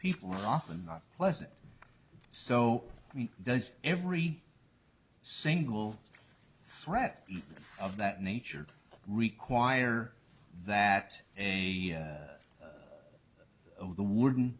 people are often not pleasant so we does every single threat of that nature require that an over the warden